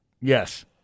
Yes